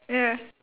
ya